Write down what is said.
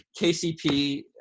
KCP